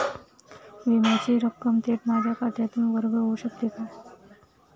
विम्याची रक्कम थेट माझ्या खात्यातून वर्ग होऊ शकते का?